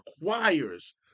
requires